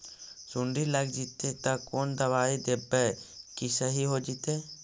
सुंडी लग जितै त कोन दबाइ देबै कि सही हो जितै?